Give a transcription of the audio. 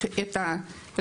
כ-19 מהם,